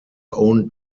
own